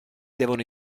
devono